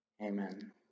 Amen